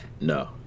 No